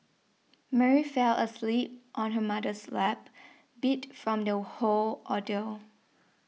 Mary fell asleep on her mother's lap beat from the whole ordeal